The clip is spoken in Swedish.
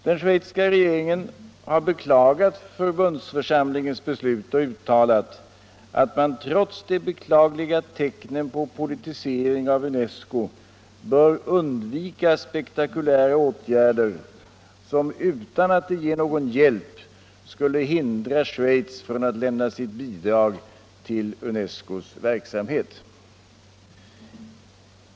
Den schweizsiska regeringen har beklagat förbundsförsamlingens beslut och uttalat att man ”trots de beklagliga tecknen på politisering av UNESCO bör undvika spektakulära åtgärder som utan att de ger någon hjälp skulle hindra Schweiz från att lämna sitt bidrag till UNESCO:s verksamhet”.